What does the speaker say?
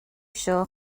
seo